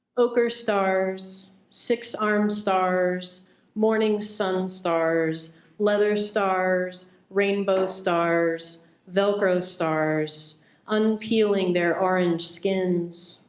ocher stars six arm stars morning sun stars leather stars rainbow stars velcro stars unpeeling their orange skins.